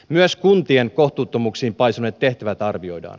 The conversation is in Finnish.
myös kuntien kohtuuttomuuksiin paisuneet tehtävät arvioidaan